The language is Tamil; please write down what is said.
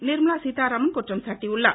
நிர்மலா சீத்தாராமன் குற்றம் சாட்டியுள்ளார்